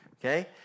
Okay